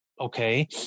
okay